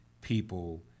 people